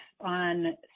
on